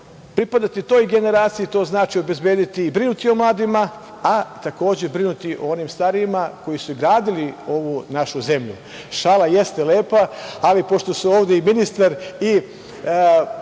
Pripadati toj generaciji to znači obezbediti i brinuti o mladima, a takođe brinuti i o onim starijima koji su gradili ovu našu zemlju. Šala jeste lepa, ali pošto su ovde i ministar i uvaženi